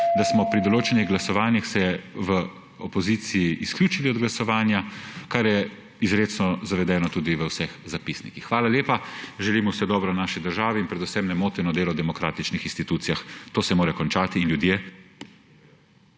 da smo se pri določenih glasovanjih v opoziciji izključili iz glasovanja, kar je izrecno zavedeno tudi v vseh zapisnikih. Hvala lepa. Želim vse dobro naši državi in predvsem nemoteno delo v demokratičnih institucijah. To se mora končati in ljudje